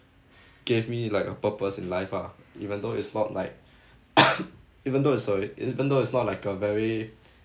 gave me like a purpose in life ah even though it's not like even though is sorry even though it's not like a very